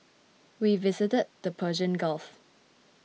we visited the Persian Gulf